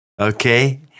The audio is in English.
Okay